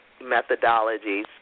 methodologies